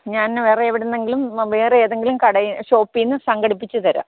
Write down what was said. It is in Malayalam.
ഞാൻ വേറെയെവിടെന്നെങ്കിലും വേറെ എന്തെങ്കിലും കടയിൽ ഷോപ്പിൽ നിന്ന് സംഘടിപ്പിച്ചു തരാം